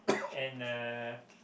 and uh